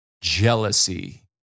Jealousy